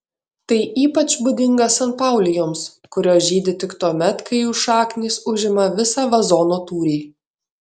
tai ypač būdinga sanpaulijoms kurios žydi tik tuomet kai jų šaknys užima visą vazono tūrį